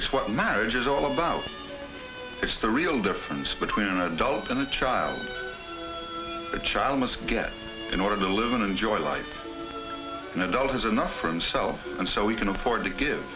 it's what marriage is all about it's the real difference between an adult and a child a child must get in order to live and enjoy life an adult has enough for him self and so he can afford to give